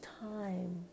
time